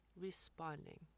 responding